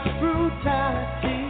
brutality